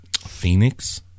Phoenix